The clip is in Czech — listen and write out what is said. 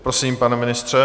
Prosím, pane ministře.